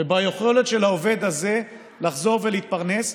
וביכולת של העובד הזה לחזור ולהתפרנס,